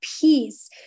Peace